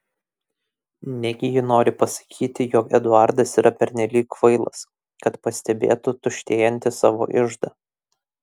negi ji nori pasakyti jog eduardas yra pernelyg kvailas kad pastebėtų tuštėjantį savo iždą